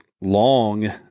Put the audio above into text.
long